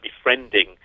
befriending